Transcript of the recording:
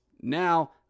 Now